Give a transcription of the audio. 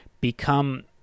become